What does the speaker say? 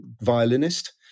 violinist